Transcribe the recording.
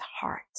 heart